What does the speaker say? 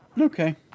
Okay